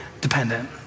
dependent